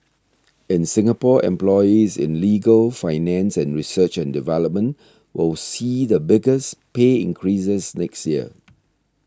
in Singapore employees in legal finance and research and development will see the biggest pay increases next year